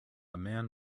man